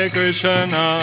Krishna